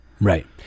Right